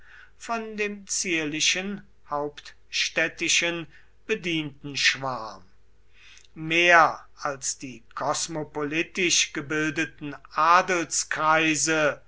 von dem zierlichen hauptstädtischen bedientenschwarm mehr als die kosmopolitisch gebildeten adelskreise